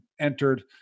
entered